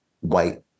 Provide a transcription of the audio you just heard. white